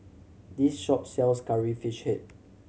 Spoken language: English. this shop sells Curry Fish Head